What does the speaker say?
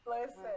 Listen